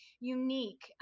unique